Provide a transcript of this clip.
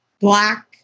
Black